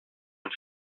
een